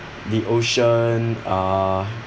the ocean uh